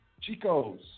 Chicos